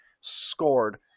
scored